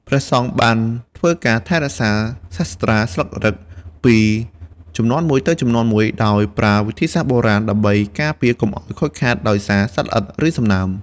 ព្រះសង្ឃបានធ្វើការថែរក្សាសាត្រាស្លឹករឹតពីជំនាន់មួយទៅជំនាន់មួយ ដោយប្រើវិធីសាស្ត្របុរាណ ដើម្បីការពារកុំឱ្យខូចខាតដោយសារសត្វល្អិត ឬសំណើម។